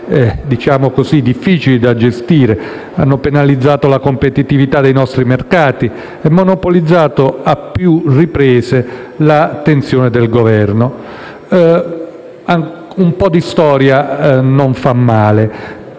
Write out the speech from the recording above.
oggettivamente difficili da gestire penalizzando la competitività dei nostri mercati e monopolizzando a più riprese l'attenzione del Governo. Un po' di storia non fa male.